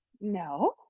no